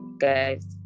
Guys